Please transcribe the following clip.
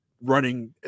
running